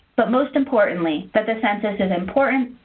but most importantly that the census is important,